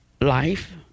life